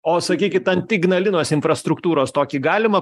o sakykit ant ignalinos infrastruktūros tokį galima